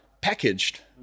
packaged